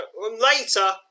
Later